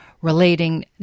Relating